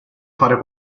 fare